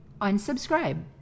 unsubscribe